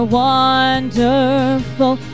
wonderful